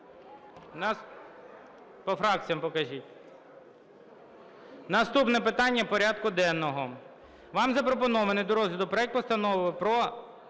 Наступне питання порядку денного. Вам запропонований до розгляду проект Постанови про